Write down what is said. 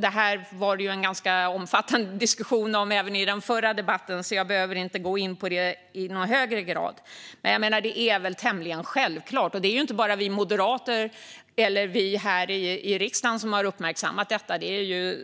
Det här var det en ganska omfattade diskussion om även i den förra debatten, så jag behöver inte gå in på det i någon högre grad. Det väl tämligen självklart att detta behöver ses över. Det är inte bara vi moderater eller vi här i kammaren som har uppmärksammat detta, utan även